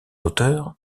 auteur